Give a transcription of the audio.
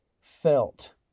felt